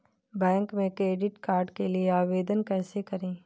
Bank में credit card के लिए आवेदन कैसे करें?